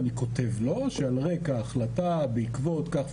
ואני כותב לו שעל רקע ההחלטה בעקבות כך,